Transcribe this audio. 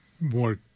more